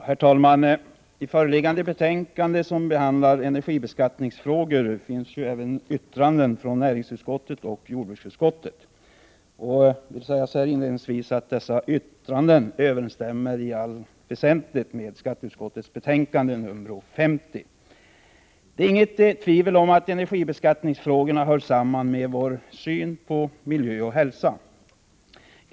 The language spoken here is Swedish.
Herr talman! I föreliggande betänkande från skatteutskottet, som behandlar energibeskattningsfrågor, finns även yttranden från näringsutskottet och jordbruksutskottet. Dessa yttranden överensstämmer i allt väsentligt med skatteutskottets betänkande nr 50. Det är inget tvivel om att energibeskattningsfrågorna hör samman med vår syn på miljö och hälsa.